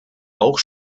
auch